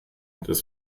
das